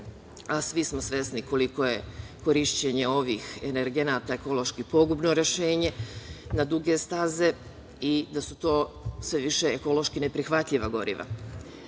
Svi smo svesni koliko je korišćenje ovih energenata ekološki pogubno rešenje na duge staze i da su to sve više ekološki neprihvatljiva goriva.S